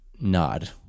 nod